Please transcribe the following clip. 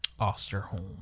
Osterholm